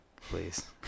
Please